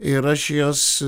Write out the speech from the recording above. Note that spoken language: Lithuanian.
ir aš jos